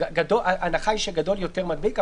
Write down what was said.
ההנחה היא שגדול יותר מדביק,